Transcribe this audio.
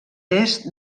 est